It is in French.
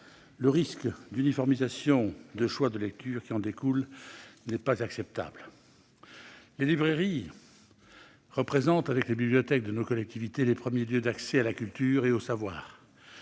Le risque d'uniformisation des choix de lectures qui en découle n'est pas acceptable. Les librairies représentent, avec les bibliothèques de nos collectivités, les premiers lieux d'accès à la culture et aux savoirs.